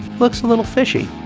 looks a little fishy.